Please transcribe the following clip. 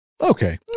Okay